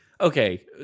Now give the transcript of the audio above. okay